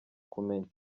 kumenya